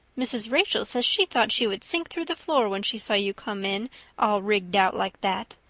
mrs. rachel says she thought she would sink through the floor when she saw you come in all rigged out like that.